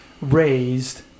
raised